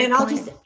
and i'll just.